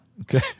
okay